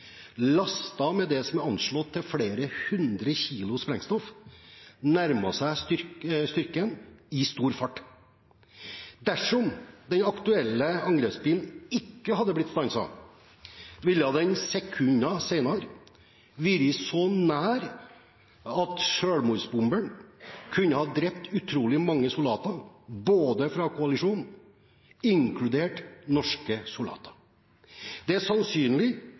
med det som er anslått til flere hundre kilo sprengstoff, som nærmer seg styrken i stor fart. Dersom den aktuelle angrepsbilen ikke hadde blitt stanset, ville den sekunder senere vært så nær at selvmordsbomberen kunne ha drept utrolig mange soldater fra koalisjonen, inkludert norske soldater. Det er sannsynlig